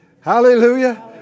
Hallelujah